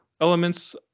elements